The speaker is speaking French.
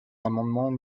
l’amendement